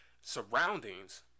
surroundings